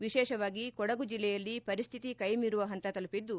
ವಿಶೇಷವಾಗಿ ಕೊಡಗು ಜಿಲ್ಲೆಯ ಪರಿಸ್ತಿತಿ ಕೈ ಮೀರುವ ಹಂತ ತಲುಪಿದ್ದು